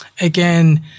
again